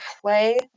play